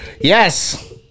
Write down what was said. Yes